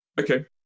Okay